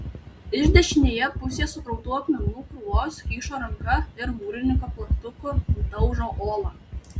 iš dešinėje pusėje sukrautų akmenų krūvos kyšo ranka ir mūrininko plaktuku daužo uolą